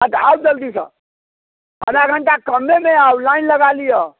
हँ तऽ आउ जल्दीसँ आधा घण्टा कमे मे आउ लाइन लगा लिअ